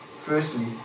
Firstly